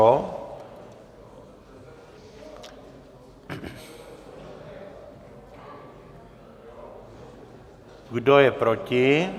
Kdo je proti?